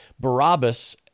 Barabbas